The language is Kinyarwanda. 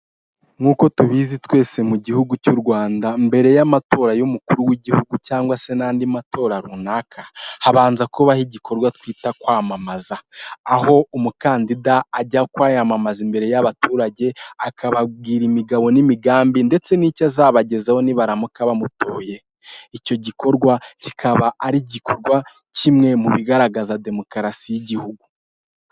Nk'uko tubizi twese mu gihugu cy'u Rwanda mbere y'amatora y'umukuru w'igihugu cyangwa se n'andi matora runaka habanza kubaho igikorwa twita kwamamaza, aho umukandida ajya kwiyamamaza imbere y'abaturage akababwira imigabo n'imigambi ndetse n'icyo azabagezaho nibaramuka bamutoye icyo gikorwa kikaba ari igikorwa kimwe mu bigaragaza demokarasi y'igihugu.